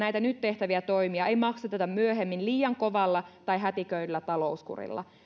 näitä nyt tehtäviä toimia ei maksateta myöhemmin liian kovalla tai hätiköidyllä talouskurilla